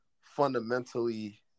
fundamentally